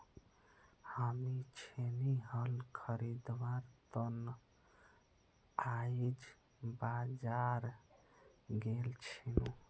हामी छेनी हल खरीदवार त न आइज बाजार गेल छिनु